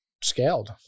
scaled